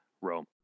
Rome